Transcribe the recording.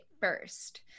first